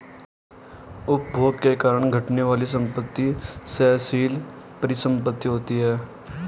उपभोग के कारण घटने वाली संपत्ति क्षयशील परिसंपत्ति होती हैं